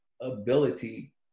ability